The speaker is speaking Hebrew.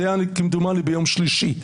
זה היה כמדומני יום שלישי.